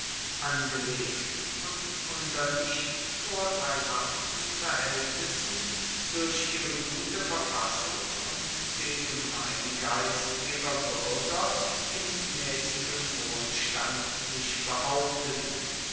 angelegt und unter nicht vorteilhaften verhältnissen durch ihre gute verfassung und den gemeingeist ihrer bürger in mäßigem wohlstand sich behauptend